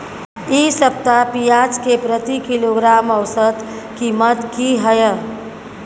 इ सप्ताह पियाज के प्रति किलोग्राम औसत कीमत की हय?